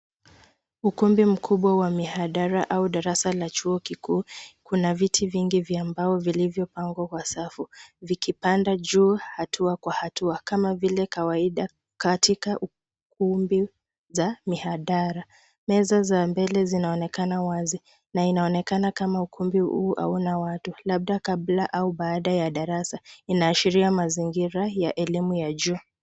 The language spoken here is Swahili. Ukumbi mkubwa wa mihadara au darasa la chuo kikuu. Kuna viti vingi vya mbao vilivyopangwa kwa safu vikipanda juu hatua kw ahatua kama vile kawaida katika ukumbi za mihadara. Meza za mbele zinaonekana wazi na inaonekana kama ukumbi huu hauna watu, labda kabla au baada ya darasa. Inaashiria mazingira ya elimu ya juu.